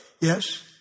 Yes